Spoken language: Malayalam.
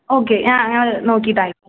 ആ ഓക്കെ ഞങ്ങള് നോക്കിയിട്ട് അയക്കാം